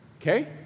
okay